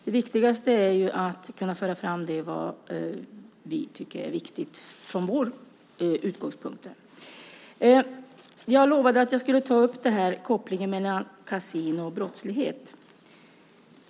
Det viktigaste är att föra fram det vi tycker är viktigt från våra utgångspunkter. Jag lovade att jag skulle ta upp kopplingen mellan kasino och brottslighet.